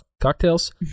cocktails